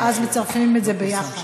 ואז מפרסמים את זה יחד.